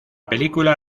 película